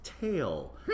tail